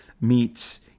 meets